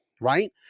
right